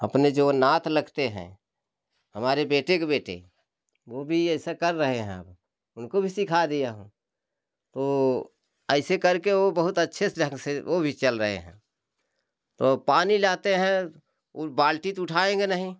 अपने जो नात लगते हैं हमारे बेटे के बेटे वो भी ऐसा कर रहे हैं उनको भी सीखा दिया हूँ तो ऐसे करके वो बहुत से ढंग से वो भी चल रहे हैं तो पानी लाते हैं और बाल्टी तो उठाएँगे नहीं